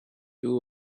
two